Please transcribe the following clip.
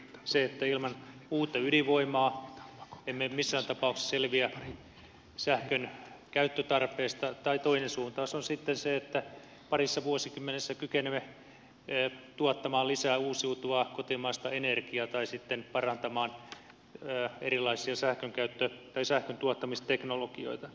ensinnäkin se että ilman uutta ydinvoimaa emme missään tapauksessa selviä sähkön käyttötarpeesta ja toinen suuntaus on sitten se että parissa vuosikymmenessä kykenemme tuottamaan lisää uusiutuvaa kotimaista energiaa tai sitten parantamaan erilaisia sähköntuottamisteknologioita